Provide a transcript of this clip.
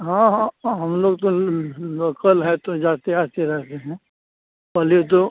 हाँ हाँ हम लोग तो लोकल हैं तो जाते आते रहते हैं पहले तो